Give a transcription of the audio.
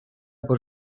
por